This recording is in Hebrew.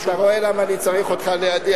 לא, סליחה, אתה רואה למה אני צריך אותך לידי?